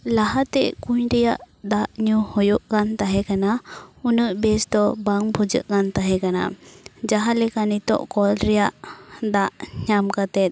ᱞᱟᱦᱟᱛᱮ ᱠᱩᱧ ᱨᱮᱭᱟᱜ ᱫᱟᱜ ᱧᱩ ᱦᱩᱭᱩᱜ ᱠᱟᱱ ᱛᱟᱦᱮᱸ ᱠᱟᱱᱟ ᱩᱱᱟᱹᱜ ᱵᱮᱥ ᱫᱚ ᱵᱟᱝ ᱵᱩᱡᱷᱟᱹᱜ ᱠᱟᱱ ᱛᱟᱦᱮᱸ ᱠᱟᱱᱟ ᱡᱟᱦᱟᱸ ᱞᱮᱠᱟ ᱱᱤᱛᱚᱜ ᱠᱚᱞ ᱨᱮᱭᱟᱜ ᱫᱟᱜ ᱧᱟᱢ ᱠᱟᱛᱮᱫ